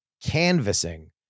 canvassing